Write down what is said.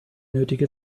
nötige